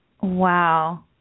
Wow